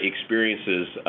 experiences